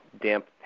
damp